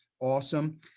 awesome